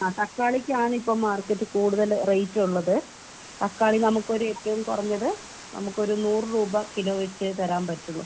താക്കളിക്കാണ് ഇപ്പം മാർക്കറ്റില് കൂടുതൽ റേറ്റ് ഉള്ളത് തക്കാളി നമുക്കൊരു ഏറ്റവും കുറഞ്ഞത് നമുക്കൊരു നൂറ് രൂപ കിലോയ്ക്ക് തരാൻ പറ്റുകയുള്ളു